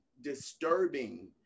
disturbing